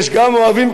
יש גם אוהבים,